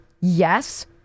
Yes